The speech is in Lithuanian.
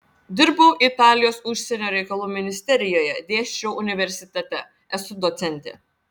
dirbau italijos užsienio reikalų ministerijoje dėsčiau universitete esu docentė